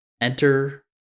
enter